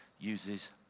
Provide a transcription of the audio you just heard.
uses